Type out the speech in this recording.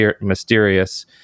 mysterious